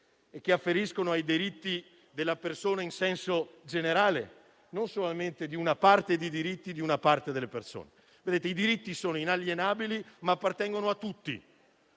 e che afferiscono ai diritti della persona in senso generale, non solamente di una parte di diritti di una parte delle persone. I diritti sono inalienabili, ma appartengono a tutti;